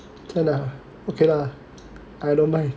can lah okay lah I don't mind